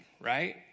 right